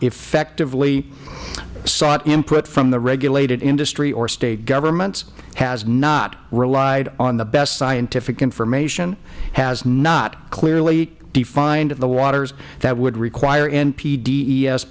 effectively sought input from the regulated industry or state governments has not relied on the best scientific information has not clearly defined the waters that would